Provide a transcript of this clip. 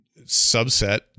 subset